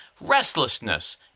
restlessness